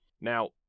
Now